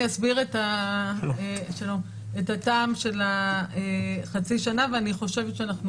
אני אסביר את הטעם של חצי השנה ואני חושבת שאנחנו